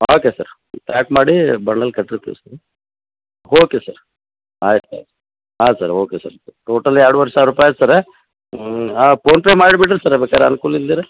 okay sir pack ಮಾಡಿ bundle ಕಟ್ಟಿರ್ತೀವಿ ರೀ ಓಕೆ ಸರ್ ಆಯ್ತು ಸರ್ ಹಾಂ ಸರ್ ಓಕೆ ಸರ್ ಟೋಟಲ್ ಎರಡೂವರೆ ಸಾವಿರ ರೂಪಾಯಿ ಆಯಿತು ಸರ ಹ್ಞೂ ಹಾಂ ಪೋನ್ಪೇ ಮಾಡಿ ಬಿಡಿರಿ ಸರ ಬೇಕಾದ್ರೆ ಅನ್ಕೂಲ ಇಲ್ದಿದ್ರೆ